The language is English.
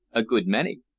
a good many.